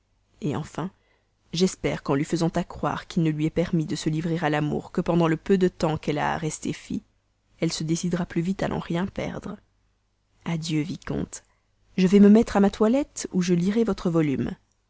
mari enfin j'espère qu'en lui faisant accroire qu'il ne lui est permis de se livrer à l'amour que pendant le peu de temps qu'elle a à rester fille elle se décidera plus vite à n'en rien perdre adieu vicomte je vais me mettre à ma toilette où je lirai votre volume